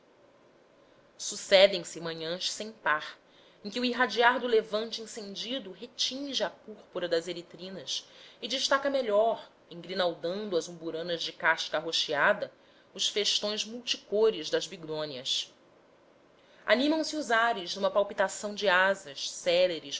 sucedem se manhãs sem par em que o irradiar do levante incendido retinge a púrpura das eritrinas e destaca melhor engrinaldando as umburanas de casca arroxeada os festões multicores das bignônias animam se os ares numa palpitação de asas céleres